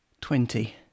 Twenty